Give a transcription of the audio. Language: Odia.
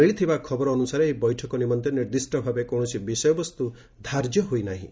ମିଳିଥିବା ଖବର ଅନୁସାରେ ଏହି ବୈଠକ ନିମନ୍ତେ ନିର୍ଦ୍ଦିଷ୍ଟ ଭାବେ କୌଣସି ବିଷୟବସ୍ତୁ ଧାର୍ଯ୍ୟ ହୋଇନାହିଁ